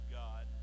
god